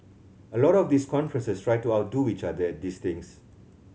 a lot of these conferences try to outdo each other these things